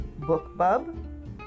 BookBub